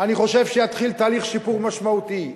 אני חושב שיתחיל תהליך שיפור משמעותי.